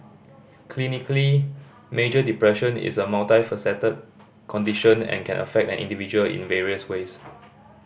clinically major depression is a multifaceted condition and can affect an individual in various ways